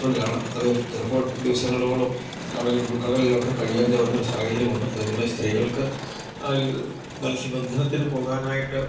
തൊഴിലാണ് അത് ചിലപ്പോൾ ദിവസങ്ങളോളം കടൽ ഉൾക്കടലിലൊക്കെ കഴിയേണ്ടി വന്ന ഒരു സാഹചര്യമുണ്ട് അതുകൊണ്ട് സ്ത്രീകൾക്ക് അതിൽ മത്സ്യബന്ധനത്തിന് പോകാനായിട്ട്